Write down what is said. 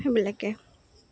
সেইবিলাকে